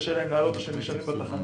קשה להם לעלות עליהם והם נשארים בתחנות,